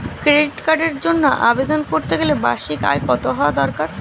Credit কার্ডের জন্য আবেদন করতে গেলে বার্ষিক আয় কত হওয়া দরকার?